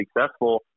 successful